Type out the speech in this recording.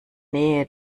nähe